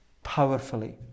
powerfully